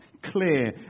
Clear